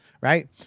right